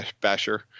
Basher